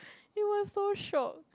it was so shiok